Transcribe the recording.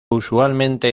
usualmente